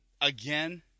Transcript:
Again